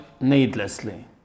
needlessly